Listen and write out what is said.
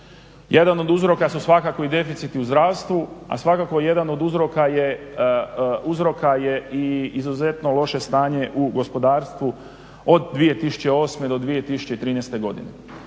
Jedan od uzroka su svakako i deficiti u zdravstvu, a svakako jedan uzroka je i izuzetno loše stanje u gospodarstvu od 2008. do 2013.